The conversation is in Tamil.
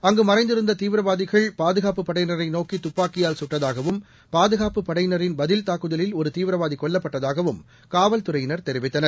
அங்கு மறைந்திருந்த தீவிரவாதிகள் பாதுகாப்புப் படையினரை நோக்கி துப்பாக்கியால் சுட்டதாகவும் பாதுகாப்புப் படையினரின் பதில் தாக்குதலில் ஒரு தீவிரவாதி கொல்லப்பட்டதாகவும் காவல்துறையினர் தெரிவித்தனர்